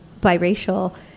biracial